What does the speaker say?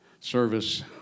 service